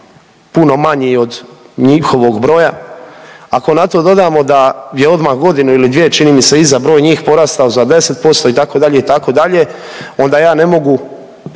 puno manji od njihovog broja, ako na to dodamo da je odmah godinu ili dvije, čini mi se, iza, broj njih porastao za 10%, itd., itd., onda ja ne mogu,